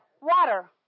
Water